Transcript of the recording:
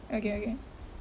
okay okay